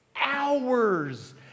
hours